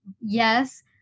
yes